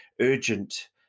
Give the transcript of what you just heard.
urgent